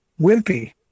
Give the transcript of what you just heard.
wimpy